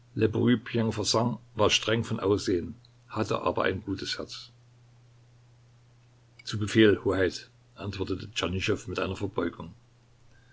war streng von aussehen hatte aber ein gutes herz zu befehl hoheit antwortete tschernyschow mit einer verbeugung